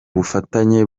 bufatanye